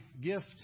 gift